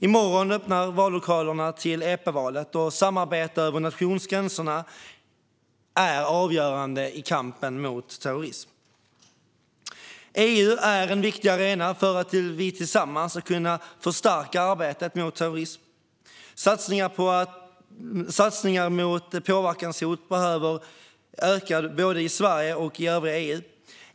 I morgon öppnar vallokalerna till EP-valet, och samarbete över nationsgränserna är avgörande i kampen mot terrorism. EU är en viktig arena för att vi tillsammans ska kunna förstärka arbetet mot terrorism. Satsningarna mot påverkanshot behöver öka både i Sverige och i övriga EU.